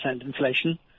inflation